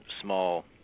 small